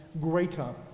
greater